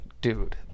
dude